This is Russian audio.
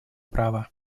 права